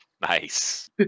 Nice